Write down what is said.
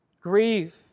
Grieve